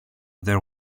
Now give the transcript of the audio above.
there